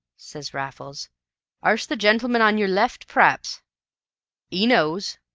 says raffles arst the gen'leman on yer left p'r'aps e knows.